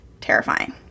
terrifying